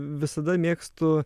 visada mėgstu